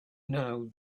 now